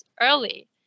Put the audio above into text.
early